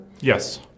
Yes